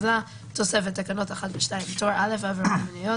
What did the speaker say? "תוספת (תקנות 1 ו-2) טור א' העבירות המינהליות